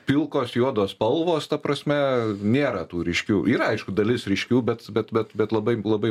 pilkos juodos spalvos ta prasme nėra tų ryškių yra aišku dalis ryškių bet bet bet bet labai labai